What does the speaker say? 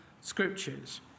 scriptures